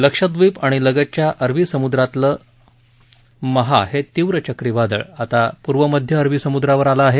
लक्षद्वीप आणि लगतच्या अरबी समुद्रातलं महा हे तीव्र चक्रीवादळ आता पूर्व मध्य अरबी समुद्रावर आलं आहे